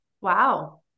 wow